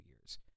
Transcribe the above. years